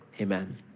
amen